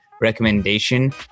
recommendation